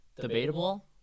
Debatable